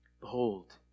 Behold